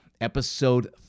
Episode